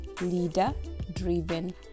leader-driven